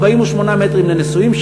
48 מ"ר לנשואים,